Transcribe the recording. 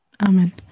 amen